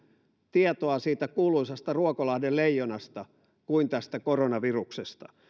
tietoa siitä kuuluisasta ruokolahden leijonasta kuin tästä koronaviruksesta